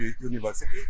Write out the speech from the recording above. University